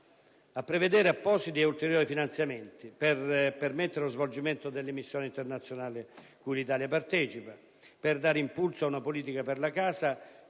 a prevedere appositi e ulteriori finanziamenti: per permettere lo svolgimento delle missioni internazionali cui l'Italia partecipa; per dare impulso a una politica per la casa